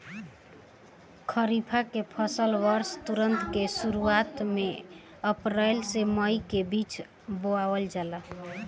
खरीफ के फसल वर्षा ऋतु के शुरुआत में अप्रैल से मई के बीच बोअल जाला